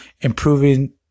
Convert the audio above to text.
improving